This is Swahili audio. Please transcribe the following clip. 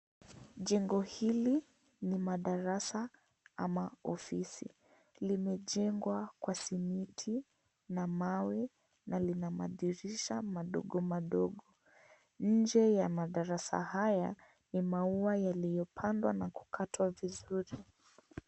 Jengo hili ni madarasa ama ofisi, limejengwa kwa simiti na mawe na lina madirisha madogo madogo . Nje ya madarasa haya ni maua yaiyopandwa na kukatwa vizuri.